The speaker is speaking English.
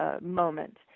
moment